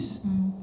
mm